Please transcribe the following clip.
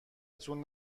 تون